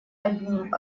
одним